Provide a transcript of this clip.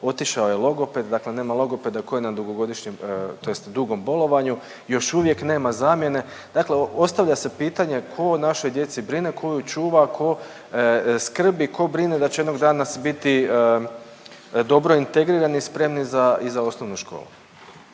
Otišao je logoped, dakle nema logopeda koji je na dugogodišnjem, tj. dugom bolovanju. Još uvijek nema zamjene. Dakle, ostavlja se pitanje tko o našoj djeci brine, tko ju čuva, tko skrbi, tko brine da će jednog dana biti dobro integrirani, spremni i za osnovnu školu?